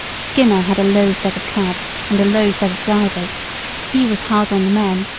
skinner had a low set of cabs and a low set of drivers he was hard on the men,